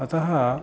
अतः